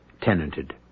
tenanted